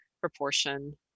proportion